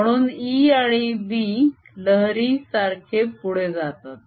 म्हणून E आणि B लहरीसारखे पुढे जातात